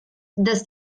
dass